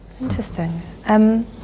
Interesting